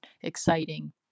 exciting